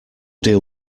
deal